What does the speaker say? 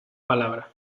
palabra